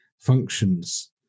functions